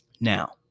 Now